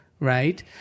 right